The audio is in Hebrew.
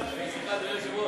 סליחה, אדוני היושב-ראש.